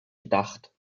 gedacht